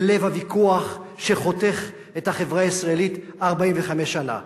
בלב הוויכוח שחותך את החברה הישראלית 45 שנה: